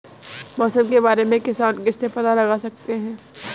मौसम के बारे में किसान किससे पता लगा सकते हैं?